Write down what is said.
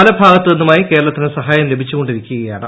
പലഭാഗത്തുനി ന്നുമായി കേരളത്തിന് സഹായം ലഭിച്ചുകൊണ്ടിരിക്കുക യാണ്